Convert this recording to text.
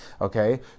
Okay